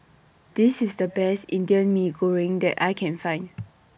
This IS The Best Indian Mee Goreng that I Can Find